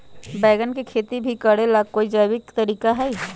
बैंगन के खेती भी करे ला का कोई जैविक तरीका है?